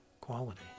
quality